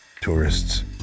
tourists